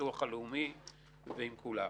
ולפצות את כל המעסיקים ואת כל העצמאים.